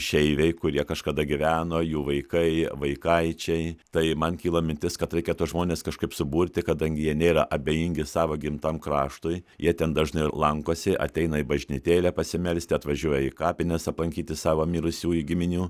išeiviai kurie kažkada gyveno jų vaikai vaikaičiai tai man kilo mintis kad raikia tuos žmones kažkaip suburti kadangi jie nėra abejingi sava gimtam kraštui jie ten dažnai lankosi ateina į bažnytėlę pasimelsti atvažiuoja į kapines aplankyti savo mirusiųjų giminių